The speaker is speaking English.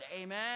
Amen